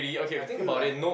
I feel like